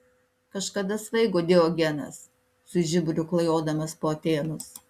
kažkada svaigo diogenas su žiburiu klajodamas po atėnus